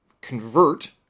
convert